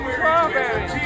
Strawberry